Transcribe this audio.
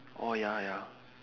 orh ya ya